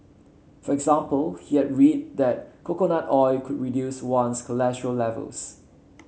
for example he had read that coconut oil could reduce one's cholesterol levels